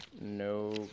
no